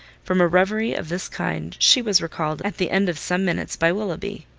from a reverie of this kind she was recalled at the end of some minutes by willoughby,